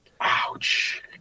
Ouch